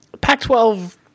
Pac-12